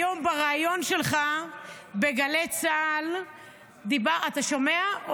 היום בריאיון שלך בגלי צה"ל דיברת, אתה שומע?